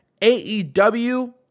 AEW